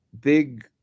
big